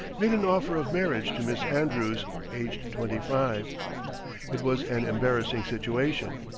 made an offer of marriage to miss andrews, aged twenty-five. it was an embarrassing situation.